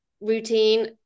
routine